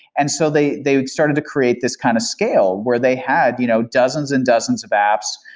and so they they started to create this kind of scale where they had you know dozens and dozens of apps.